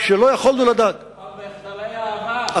שלא יכולנו לדעת, על מחדלי העבר.